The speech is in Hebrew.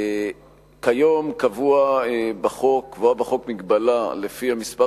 כיום קבועה בחוק מגבלה שלפיה מספר